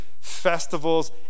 festivals